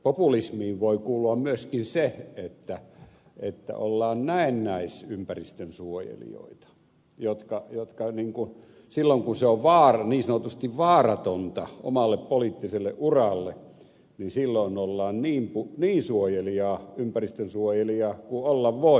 populismiin voi kuulua myöskin se että ollaan näennäisympäristönsuojelijoita ja silloin kun se on niin sanotusti vaaratonta omalle poliittiselle uralle ollaan niin suojelijaa ympäristön suojelijaa kuin olla voi